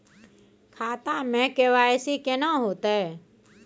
खाता में के.वाई.सी केना होतै?